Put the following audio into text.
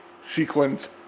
sequence